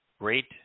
great